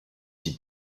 die